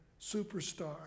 Superstar